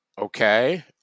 Okay